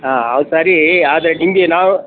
ಹಾಂ ಹೌದ ಸರಿ ಆದರೆ ನಿಮಗೆ ನಾವು